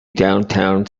downtown